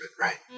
right